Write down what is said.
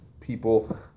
people